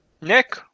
Nick